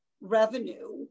revenue